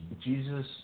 Jesus